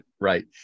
right